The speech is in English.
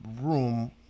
room